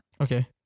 Okay